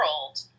world